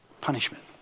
punishment